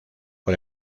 por